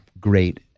great